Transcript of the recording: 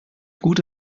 gute